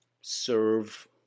serve